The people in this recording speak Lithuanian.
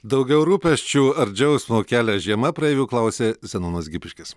daugiau rūpesčių ar džiaugsmo kelia žiema praeivių klausė zenonas gipiškis